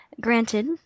Granted